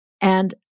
And-